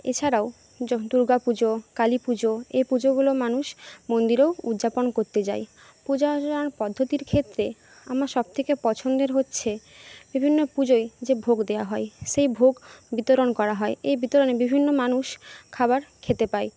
এছাড়াও যোহ দুর্গা পুজো কালী পুজো এই পুজোগুলো মানুষ মন্দিরেও উদযাপন করতে যায় পূজা অর্চনার পদ্ধতির ক্ষেত্রে আমার সবথেকে পছন্দের হচ্ছে বিভিন্ন পুজোয় যে ভোগ দেওয়া হয় সেই ভোগ বিতরণ করা হয় এই বিতরণে বিভিন্ন মানুষ খাবার খেতে পায়